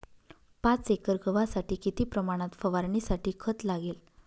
पाच एकर गव्हासाठी किती प्रमाणात फवारणीसाठी खत लागेल?